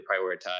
prioritize